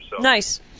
Nice